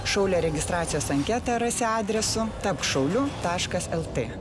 šaulio registracijos anketą rasi adresu tapk šauliu taškas lt